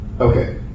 okay